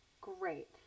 great